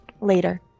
later